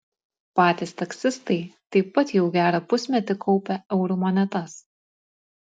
patys taksistai taip pat jau gerą pusmetį kaupia eurų monetas